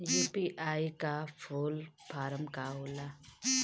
UPI का full form का होला?